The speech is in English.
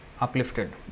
uplifted